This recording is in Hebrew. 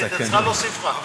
היא צריכה להוסיף לך.